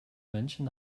menschen